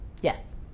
yes